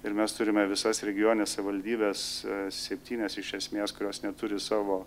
ir mes turime visas regione savivaldybes septynias iš esmės kurios neturi savo